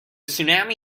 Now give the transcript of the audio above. tsunami